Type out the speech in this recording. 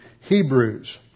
Hebrews